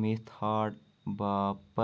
method باپتھ